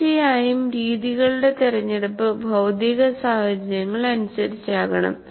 തീർച്ചയായും രീതികളുടെ തിരഞ്ഞെടുപ്പ് ഭൌതിക സഹചര്യങ്ങൾ അനുസരിച്ചാകണം